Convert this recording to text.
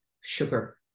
sugar